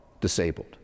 disabled